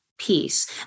peace